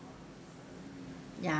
ya